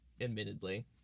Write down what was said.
admittedly